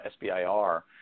SBIR